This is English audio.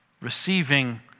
receiving